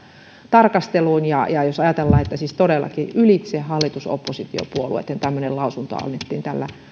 tarkasteluun jos ajatellaan että siis todellakin ylitse hallitus ja oppositiopuolueitten tämmöinen lausunto annettiin tällä